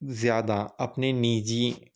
زیادہ اپنے نیجی